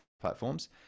platforms